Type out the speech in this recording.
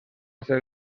ser